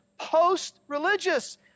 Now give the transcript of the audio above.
post-religious